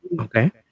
okay